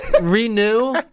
renew